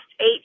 eight